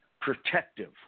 protective